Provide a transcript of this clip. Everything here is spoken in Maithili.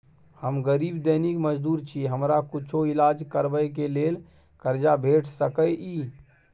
हम गरीब दैनिक मजदूर छी, हमरा कुछो ईलाज करबै के लेल कर्जा भेट सकै इ?